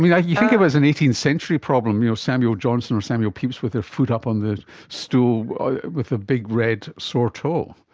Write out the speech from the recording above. yeah you think of it as an eighteenth century problem, you know samuel johnson or samuel pepys with their foot up on the stool with a big red sore toe.